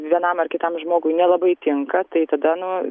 vienam ar kitam žmogui nelabai tinka tai tada nu